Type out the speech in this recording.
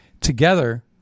together